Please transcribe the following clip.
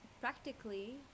practically